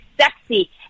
sexy